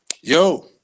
yo